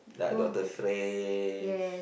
like Doctor-Strange